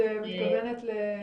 את מתכוונת ל ?